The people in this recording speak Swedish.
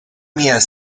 mer